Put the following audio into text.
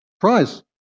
prize